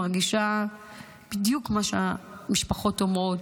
אני מרגישה בדיוק מה שהמשפחות אומרות: